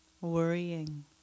worrying